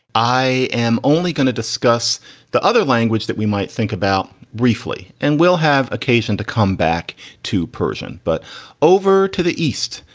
i am only going to discuss the other language that we might think about briefly. and we'll have occasion to come back to persian, but over to the east.